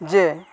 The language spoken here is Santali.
ᱡᱮ